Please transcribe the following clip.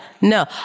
No